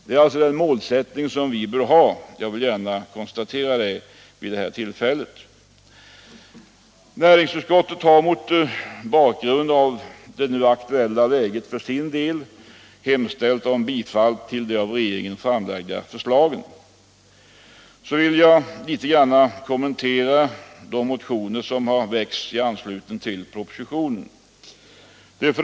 Det är alltså den målsättningen vi bör ha. Jag vill gärna här i dag slå fast detta. Så vill jag också kommentera de motioner som har väckts i anslutning till propositionen.